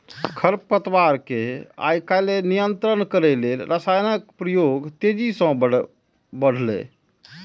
खरपतवार कें आइकाल्हि नियंत्रित करै लेल रसायनक प्रयोग तेजी सं बढ़लैए